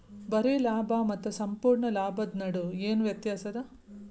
ಬರೆ ಲಾಭಾ ಮತ್ತ ಸಂಪೂರ್ಣ ಲಾಭದ್ ನಡು ಏನ್ ವ್ಯತ್ಯಾಸದ?